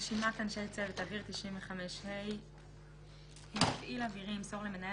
רשימת אנשי צוות אוויר 95ה. (א) מפעיל אווירי ימסור למנהל